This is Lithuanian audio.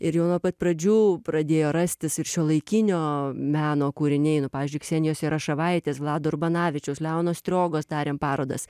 ir jau nuo pat pradžių pradėjo rastis ir šiuolaikinio meno kūriniai nu pavyzdžiui ksenijos jaroševaitės vlado urbanavičiaus leono striogos darėm parodas